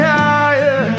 higher